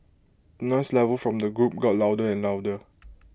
noise level from the group got louder and louder